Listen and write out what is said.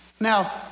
Now